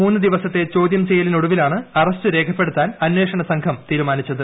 മൂന്നു ദിവസത്തെ ചോദ്യം ചെയ്യലിനൊടുവിലാണ് അറസ്റ്റ് രേഖപ്പെടുത്താൻ അന്വേഷണ സംഘം തീരുമാനിച്ചത്